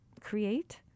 create